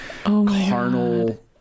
carnal